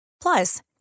Plus